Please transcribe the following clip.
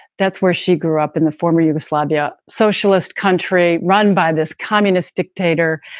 that's where she grew up in the former yugoslavia socialist country run by this communist dictator.